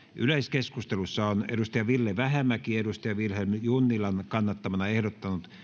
keskustelussa on ville vähämäki vilhelm junnilan kannattamana ehdottanut